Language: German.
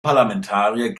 parlamentarier